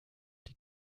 die